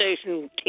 station